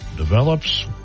Develops